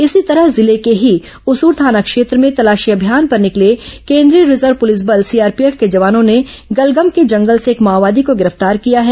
इसी तरह जिले के ही उसूर थाना क्षेत्र में तलाशी अभियान पर निकले केंद्रीय रिजर्व पुलिस बल सीआरपीएफ के जवानों ने गलगम के जंगल से एक माओवादी को गिरफ्तार किया है